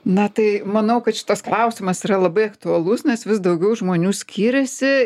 na tai manau kad šitas klausimas yra labai aktualus nes vis daugiau žmonių skiriasi